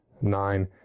nine